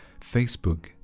facebook